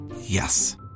Yes